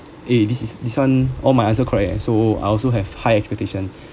eh this is this one all my answer correct leh so I also have high expectation